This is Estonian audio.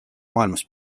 maailmas